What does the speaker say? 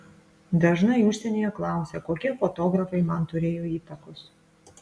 dažnai užsienyje klausia kokie fotografai man turėjo įtakos